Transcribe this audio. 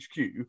HQ